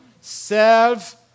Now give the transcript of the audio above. Self